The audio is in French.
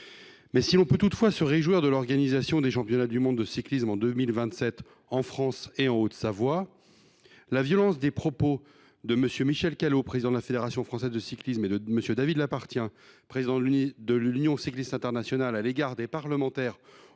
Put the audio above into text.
si l’on peut se réjouir de l’organisation des championnats du monde de cyclisme sur route en Haute Savoie en 2027, la violence des propos de M. Michel Callot, président de la Fédération française de cyclisme, et de M. David Lappartient, président de l’Union cycliste internationale, à l’égard des parlementaires opposés